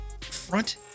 front